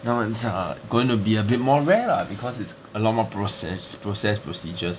now it's err gonna be a bit more rare lah because it's a lot more process procedures